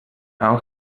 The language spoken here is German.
auch